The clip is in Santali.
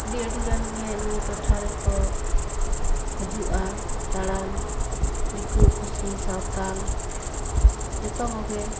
ᱟᱹᱰᱤ ᱟᱹᱰᱤᱜᱟᱱᱜᱮ ᱱᱤᱭᱟᱹ ᱴᱚᱴᱷᱟ ᱨᱮᱠᱚ ᱦᱟᱹᱡᱩᱜᱼᱟ ᱫᱟᱬᱟᱱ ᱫᱤᱠᱩ ᱯᱩᱥᱤ ᱥᱟᱶᱛᱟᱞ ᱡᱚᱛᱚ ᱠᱚᱜᱮ